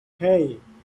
hey